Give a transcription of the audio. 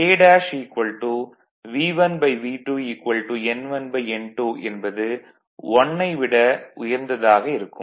எனவே K V1V2 N1N2 என்பது 1 ஐ விட உயர்ந்ததாக இருக்கும்